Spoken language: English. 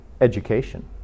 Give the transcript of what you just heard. education